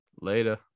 Later